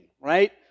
Right